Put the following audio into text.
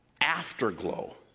afterglow